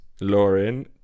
Lauren